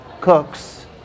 cooks